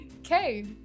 Okay